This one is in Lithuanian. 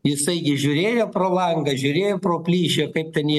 jisai gi žiūrėjo pro langą žiūrėjo pro plyšį kaip ten jie